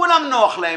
כולם נוח להם.